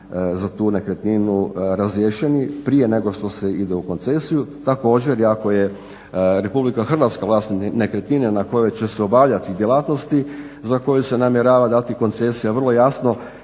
za tu nekretninu razriješeni prije nego što se ide u koncesiju. Također i ako je Republika Hrvatska vlasnik nekretnine na kojoj će se obavljati djelatnosti za koju se namjerava dati koncesija vrlo jasno